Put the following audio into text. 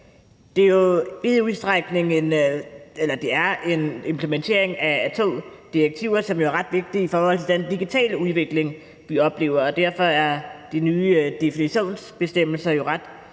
Det er en implementering af to direktiver, som jo er ret vigtige i forhold til den digitale udvikling, vi oplever, og derfor er de nye definitionsbestemmelser ret